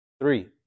three